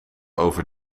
over